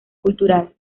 cultural